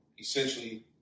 essentially